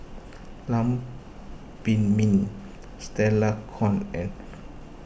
Lam Pin Min Stella Kon and